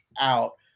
out